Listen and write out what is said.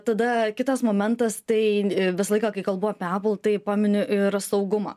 tada kitas momentas tai visą laiką kai kalbu apie apple tai paminiu ir saugumą